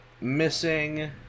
missing